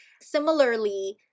Similarly